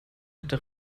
hatte